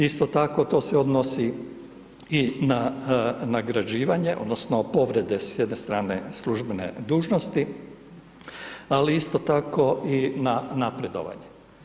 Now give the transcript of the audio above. Isto tako, to se odnosi i na nagrađivanje odnosno povrede s jedne strane službene dužnosti ali isto tako i na napredovanje.